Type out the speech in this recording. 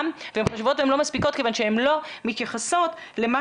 והן חשובות ולא מספיקות כיוון שהן לא מתייחסות למה